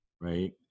right